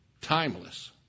timeless